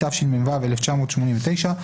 התשמ"ו-1986,